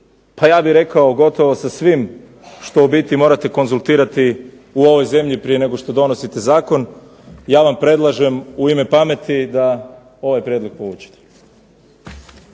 pa ja bih rekao gotovo sa svim što u biti morate konzultirati u ovoj zemlji prije nego što donosite zakon ja vam predlažem u ime pameti da ovaj prijedlog povučete.